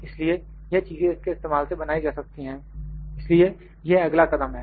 इसलिए यह चीजें इसके इस्तेमाल से बनाई जा सकती हैं इसलिए यह अगला कदम है